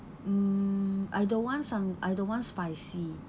mm I don't want some I don't want spicy